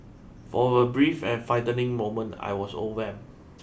for a brief and frightening moment I was overwhelmed